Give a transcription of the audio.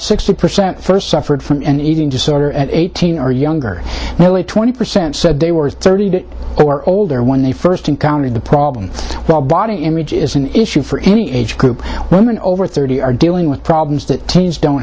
sixty percent first suffered from an eating disorder at eighteen or younger now only twenty percent said they were thirty or older when they first encountered the problem well body image is an issue for any age group women over thirty are dealing with problems that teens don't